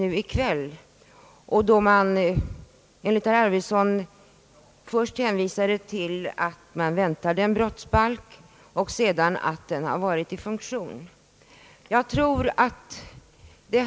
Därvid hänvisade man enligt herr Arvidson först till att man väntade en ny brottsbalk och sedan till att man först måste avvakta och se hur denna verkade innan man kunde vidta några åtgärder.